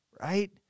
right